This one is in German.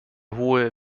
hohe